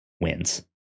Wins